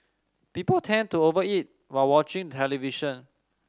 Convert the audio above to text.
people tend to over eat while watching television